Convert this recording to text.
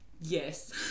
yes